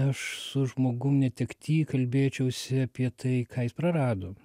aš su žmogum netekty kalbėčiausi apie tai ką jis prarado